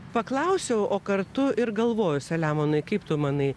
paklausiau o kartu ir galvoju selemonai kaip tu manai